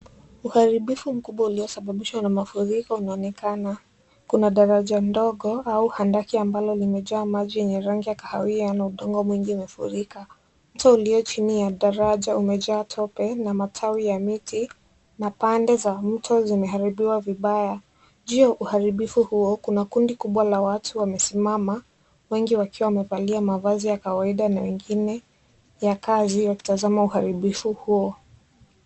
Uharibifu mkubwa uliosababishwa na mafuriko unaonekana, kuna daraja ndogo au handaki ambalo limejaa maji ya kahawia na undogo mwingi umefurika, mto ulio chini ya daraja umejaa tope na matawi ya miti na pande za mto zimeharibiwa vibaya, juu ya uharibifu huo kuna kundi kubwa la watu wamesimama wengi wakiwa wamevalia mavazi ya kawaida na wengine ya kazi wakitazama uharibifu huo.